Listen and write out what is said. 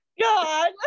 God